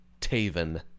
Taven